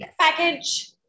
package